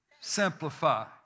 simplify